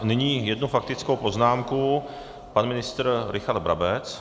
Nyní jedna faktická poznámka, pan ministr Richard Brabec.